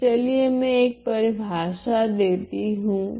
तो चलिए मैं एक परिभाषा देती हूँ